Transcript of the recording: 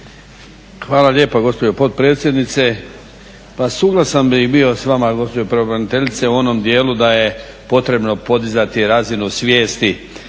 Hvala lijepa gospođo potpredsjednice. Pa suglasan bi bio s vama gospođo pravobraniteljice u onom dijelu da je potrebno podizati razinu svijesti